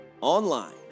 online